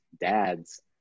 dads